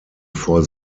vor